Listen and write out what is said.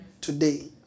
Today